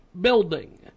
building